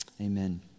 amen